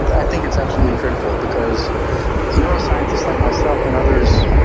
i think it's absolutely critical because neuroscientists like myself and others,